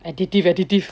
addictive addictive